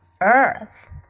earth